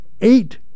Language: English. eight